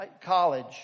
college